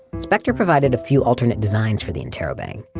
speckter provided a few alternate designs for the interrobang,